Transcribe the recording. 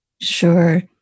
Sure